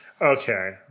Okay